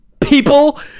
people